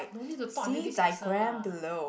no need to talk until this accent lah